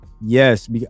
Yes